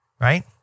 right